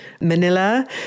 Manila